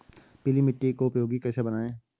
पीली मिट्टी को उपयोगी कैसे बनाएँ?